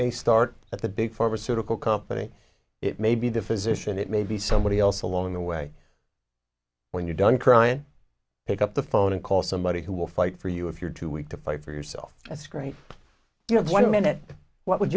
may start at the big pharmaceutical company it may be the physician it may be somebody else along the way when you're done crying pick up the phone and call somebody who will fight for you if you're too weak to fight for yourself that's great you have one minute what would